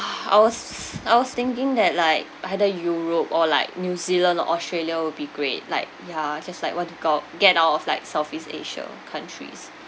I was I was thinking that like either europe or like new zealand australia will be great like ya just like want to go get out of like southeast asia or countries